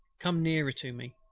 come nearer to me.